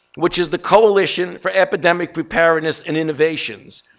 which is the coalition for epidemic preparedness and innovations,